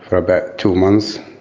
about two months